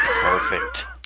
perfect